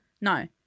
No